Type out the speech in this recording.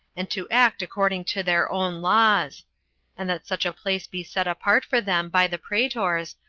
and to act according to their own laws and that such a place be set apart for them by the praetors,